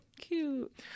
Cute